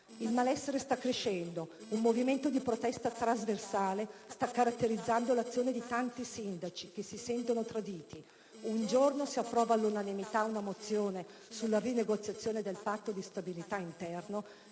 Il malessere sta crescendo. Un movimento di protesta trasversale sta caratterizzando l'azione di tanti sindaci che si sentono traditi. Un giorno si approva all'unanimità una mozione sulla rinegoziazione del Patto di stabilità interno,